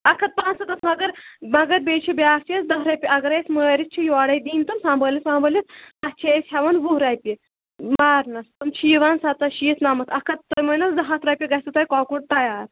اکھ ہَتھ پانٛژھ ستَتھ مگر مگر بیٚیہِ چھِ بیٛاکھ چیٖز دَہ رۄپیہِ اگرَے أسۍ مٲرِتھ چھِ یورَے دِنۍ تِم سنٛبٲلِتھ وَمبٲلِتھ اَتھ چھِ أسۍ ہٮ۪وان وُہ رۄپیہِ مارنَس تِم چھِ یِوان سَتَتھ شیٖتھ نَمَتھ اَکھ ہَتھ تُہۍ مٲنِو زٕ ہَتھ رۄپیہِ گژھِوٕ تۄہہِ کۄکُر تیار